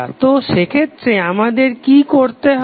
তো সেক্ষেত্রে আমাদের কি করতে হবে